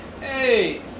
Hey